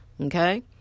okay